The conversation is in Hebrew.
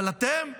אבל אתם,